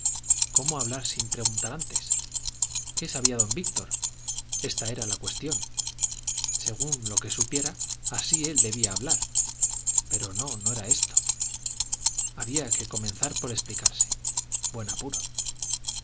cómo hablar sin preguntar antes qué sabía don víctor esta era la cuestión según lo que supiera así él debía hablar pero no no era esto había que comenzar por explicarse buen apuro